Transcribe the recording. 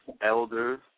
elders